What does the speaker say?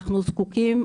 אנחנו זקוקים,